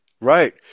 right